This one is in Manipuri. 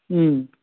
ꯎꯝ